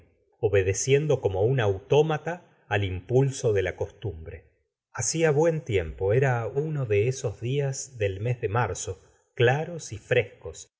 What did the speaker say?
obedeciendo como un autómata al impulso de la costumbre hacia buen tiempo era uno de esos días del mes de marzo claros y frescos